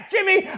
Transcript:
Jimmy